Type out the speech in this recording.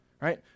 right